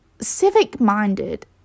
civic-minded